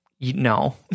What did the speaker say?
no